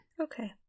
okay